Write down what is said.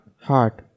Heart